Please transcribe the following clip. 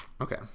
okay